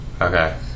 Okay